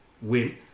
win